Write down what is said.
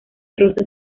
rosa